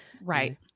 Right